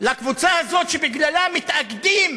לקבוצה הזאת, שבגללה מתאגדים